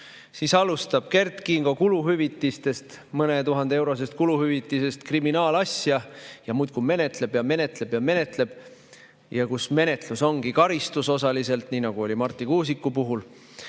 soovib, alustab Kert Kingo kuluhüvitisest, mõne tuhande eurosest kuluhüvitisest kriminaalasja ja muudkui menetleb ja menetleb ja menetleb, ja kus menetlus ongi karistus osaliselt, nii nagu oli Marti Kuusiku puhul.